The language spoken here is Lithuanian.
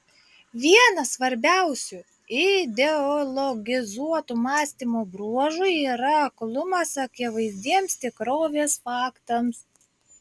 vienas svarbiausių ideologizuoto mąstymo bruožų yra aklumas akivaizdiems tikrovės faktams